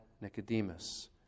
Nicodemus